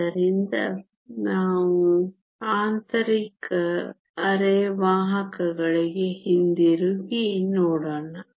ಆದ್ದರಿಂದ ನಾವು ಆಂತರಿಕ ಅರೆವಾಹಕಗೆ ಹಿಂತಿರುಗಿ ನೋಡೋಣ